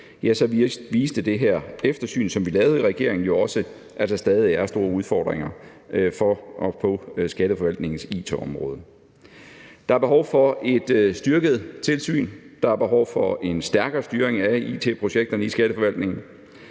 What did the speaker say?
så viste det her eftersyn, som regeringen lavede, også, at der stadig er store udfordringer for og på Skatteforvaltningens it-område. Der er behov for et styrket tilsyn. Der er behov for en stærkere styring af it-projekterne i Skatteforvaltningen.